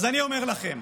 אז אני אומר לכם,